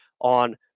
on